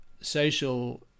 social